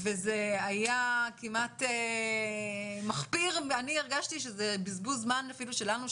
זה היה כמעט מחפיר ואני הרגשתי שזה אפילו בזבוז זמן שלנו,